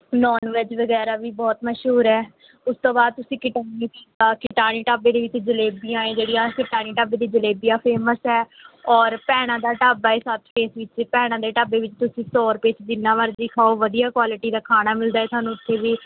non veg ਵਗੈਰਾ ਵੀ ਬਹੁਤ ਮਸ਼ਹੂਰ ਹੈ ਉਸ ਤੋਂ ਬਾਅਦ ਤੁਸੀਂ ਕਟਾਣੀ ਢਾਬੇ ਦੇ ਵਿੱਚ ਜਲੇਬੀਆਂ ਹੈ ਜਿਹੜੀਆਂ ਕਟਾਣੀ ਢਾਬੇ ਦੀ ਜਲੇਬੀਆਂ ਫੇਮਸ ਹੈ ਔਰ ਭੈਣਾਂ ਦਾ ਢਾਬਾ ਹੈ ਸੱਤ ਫੇਸ ਵਿੱਚ ਭੈਣਾਂ ਦੇ ਢਾਬੇ ਵਿੱਚੋਂ ਤੁਸੀਂ ਸੌ ਰੁਪਏ 'ਚ ਜਿੰਨਾ ਮਰਜ਼ੀ ਖਾਓ ਵਧੀਆ ਕੁਆਲਿਟੀ ਦਾ ਖਾਣਾ ਮਿਲਦਾ ਹੈ ਤੁਹਾਨੂੰ ਉੱਥੇ ਵੀ